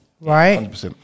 Right